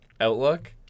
outlook